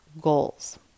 goals